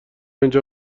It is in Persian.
اینجا